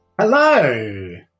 Hello